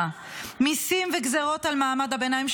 מיסים וגזרות על מעמד הביניים,